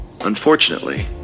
Unfortunately